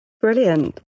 Brilliant